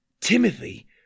timothy